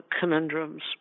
conundrums